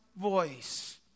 voice